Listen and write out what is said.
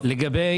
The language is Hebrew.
לגבי